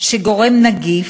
שגורם נגיף,